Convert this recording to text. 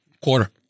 Quarter